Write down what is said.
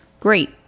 Great